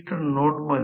P pole ची संख्या आहे